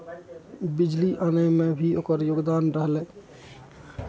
बिजली अनयमे भी ओकर योगदान रहलै